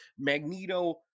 Magneto